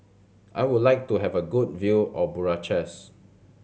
I would like to have a good view of Bucharest